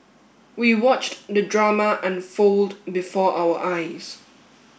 we watched the drama unfold before our eyes